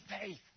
faith